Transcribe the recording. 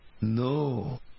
No